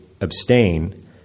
abstain